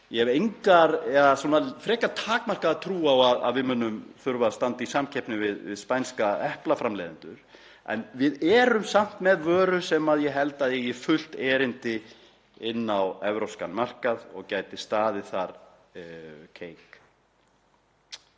Ég hef frekar takmarkaða trú á að við munum þurfa að standa í samkeppni við spænska eplaframleiðendur. En við erum samt með vöru sem ég held að eigi fullt erindi inn á evrópskan markað og gæti staðið þar keik.